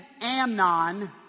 Amnon